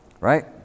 Right